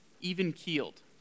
Even-keeled